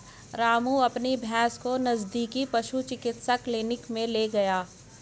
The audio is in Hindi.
रामू अपनी भैंस को नजदीकी पशु चिकित्सा क्लिनिक मे ले गया